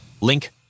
Link